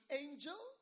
angel